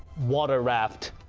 water raft,